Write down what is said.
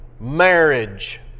Marriage